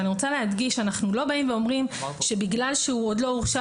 אני רוצה להדגיש שאנחנו לא באים ואומרים שבגלל שהוא עוד לא הורשע,